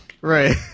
Right